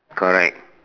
correct